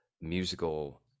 musical